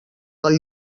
del